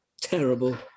Terrible